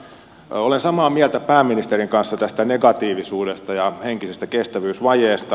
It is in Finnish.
olen samaa mieltä pääministerin kanssa tästä negatiivisuudesta ja henkisestä kestävyysvajeesta